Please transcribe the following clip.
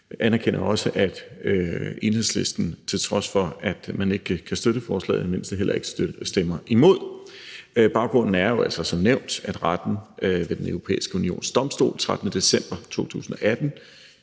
anerkender også, at Enhedslisten, til trods for at man ikke kan støtte forslaget, i det mindste heller ikke stemmer imod. Baggrunden er jo altså som nævnt, at retten ved Den Europæiske Unions Domstol den 13. december 2018